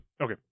Okay